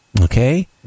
okay